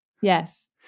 Yes